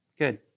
Good